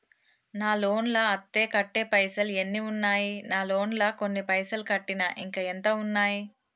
నా లోన్ లా అత్తే కట్టే పైసల్ ఎన్ని ఉన్నాయి నా లోన్ లా కొన్ని పైసల్ కట్టిన ఇంకా ఎంత ఉన్నాయి?